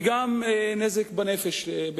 ובהרבה מקרים גם נזק בנפש.